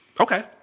Okay